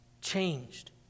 changed